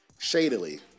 shadily